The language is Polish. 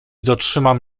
dotrzymam